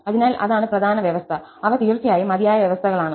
അതിനാൽ അതാണ് പ്രധാന വ്യവസ്ഥ അവ തീർച്ചയായും മതിയായ വ്യവസ്ഥകളാണ്